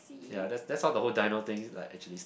ya that's that's how the whole dino things like actually